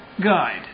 guide